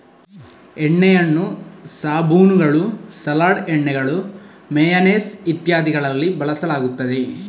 ಎಣ್ಣೆಯನ್ನು ಸಾಬೂನುಗಳು, ಸಲಾಡ್ ಎಣ್ಣೆಗಳು, ಮೇಯನೇಸ್ ಇತ್ಯಾದಿಗಳಲ್ಲಿ ಬಳಸಲಾಗುತ್ತದೆ